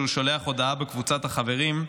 כשהוא שולח הודעות בקבוצות החברים,